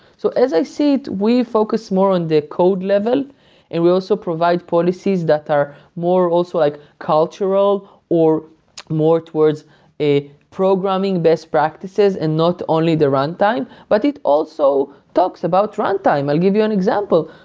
so as i see it, we focus more on the code level and we also provide policies that are more also like cultural or more towards a programming best practices and not only the runtime, but it also talks about runtime. i'll give you an example.